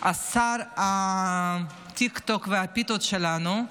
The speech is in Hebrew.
שר הטיקטוק והפיתות שלנו,